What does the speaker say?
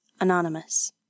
Anonymous